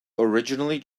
originally